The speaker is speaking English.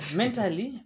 mentally